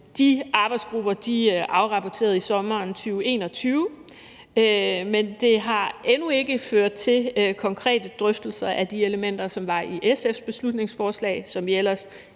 De arbejdsgrupper afrapporterede i sommeren 2021, men det har endnu ikke ført til konkrete drøftelser af de elementer, som var i SF's beslutningsforslag, som ellers